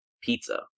pizza